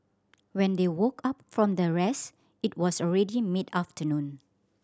when they woke up from their rest it was already mid afternoon